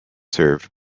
served